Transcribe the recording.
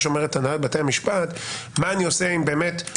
הנהלת בתי המשפט אומרת: מה אני עושה אם באמת יש